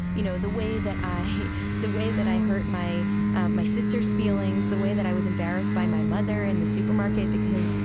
you know, the way that i the way that i hurt my my sister's feelings, the way that i was embarrassed by my mother in the supermarket because,